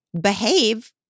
behave